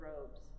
robes